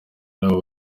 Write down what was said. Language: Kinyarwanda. nabo